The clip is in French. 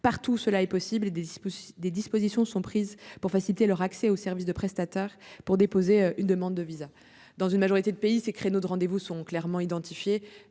partout où cela est possible, des dispositions sont prises pour faciliter leur accès aux services du prestataire, pour déposer une demande de visa. Dans une majorité de pays, des créneaux de rendez-vous sont clairement identifiés